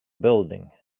building